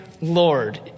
Lord